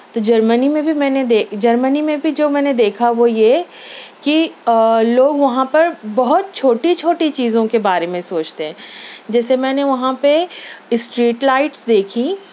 تو جرمنی میں بھی میں نے دے جرمنی میں بھی جو میں نے دیکھا وہ یہ کہ آ لوگ وہاں پر بہت چھوٹی چھوٹی چیزوں کے بارے میں سوچتے ہیں جیسے میں نے وہاں پہ اِسٹریٹ لائٹس دیکھی